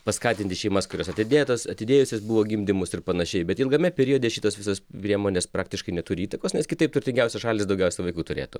paskatinti šeimas kurios atidėtos atidėjusios buvo gimdymus ir panašiai bet ilgame periode šitos visos priemonės praktiškai neturi įtakos nes kitaip turtingiausios šalys daugiausia vaikų turėtų